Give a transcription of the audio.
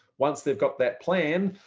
once they've got that plan,